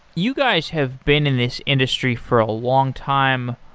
you guys have been in this industry for a long time.